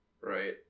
right